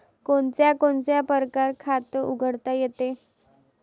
कोनच्या कोनच्या परकारं खात उघडता येते?